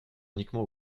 uniquement